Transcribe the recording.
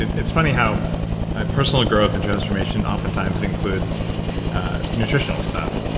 it's funny how ah personal growth and transformation oftentimes includes nutritional stuff.